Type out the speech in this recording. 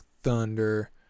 Thunder